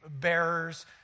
bearers